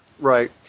Right